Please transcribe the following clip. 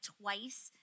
twice